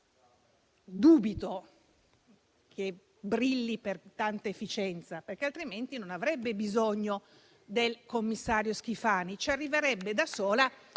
dubito che brilli per efficienza, perché altrimenti non avrebbe bisogno del commissario Schifani, ma ci arriverebbe da sola